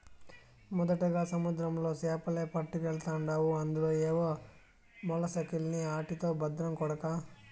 మొదటగా సముద్రంలో సేపలే పట్టకెల్తాండావు అందులో ఏవో మొలసకెల్ని ఆటితో బద్రం కొడకా